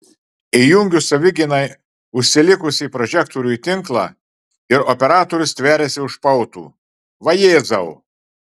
įjungiu savigynai užsilikusį prožektorių į tinklą ir operatorius stveriasi už pautų vajezau